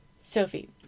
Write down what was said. Sophie